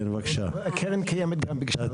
קרן קיימת גם ביקשה.